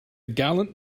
gallant